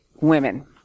women